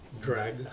Drag